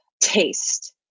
taste